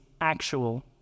actual